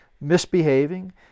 misbehaving